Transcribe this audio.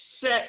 set